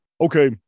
okay